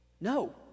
No